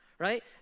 right